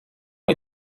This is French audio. est